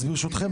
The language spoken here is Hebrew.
ברשותכם,